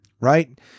right